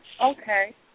Okay